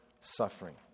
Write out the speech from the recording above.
suffering